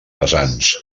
vessants